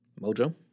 Mojo